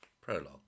Prologue